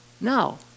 no